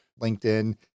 LinkedIn